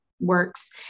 works